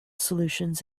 solutions